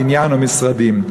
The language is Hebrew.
בניין או משרדים.